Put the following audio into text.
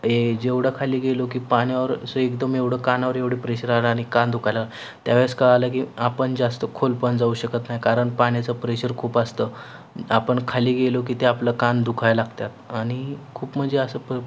ए जेवढं खाली गेलो की पाण्यावर असं एकदम एवढं कानावर एवढे प्रेशर आला आणि कान दुखायला त्या वेळेस कळलं की आपण जास्त खोल पण जाऊ शकत नाही कारण पाण्याचं प्रेशर खूप असतं आपण खाली गेलो की ते आपलं कान दुखायला लागतात आणि खूप म्हणजे असं प